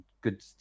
good